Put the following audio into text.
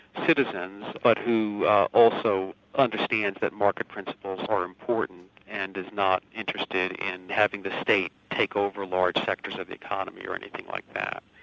but who also understands that market principles are important, and is not interested in having the state take over large sectors of the economy or anything like that.